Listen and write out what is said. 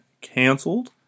canceled